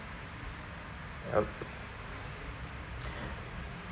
yup